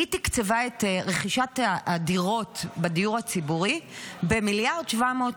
היא תקצבה את רכישת הדיור בדיור הציבורי ב-1.7 מיליארד,